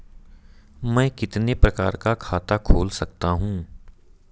मैं कितने प्रकार का खाता खोल सकता हूँ?